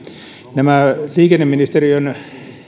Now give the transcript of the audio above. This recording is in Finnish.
nämä liikenneministeriön